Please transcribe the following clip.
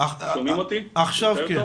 הספר.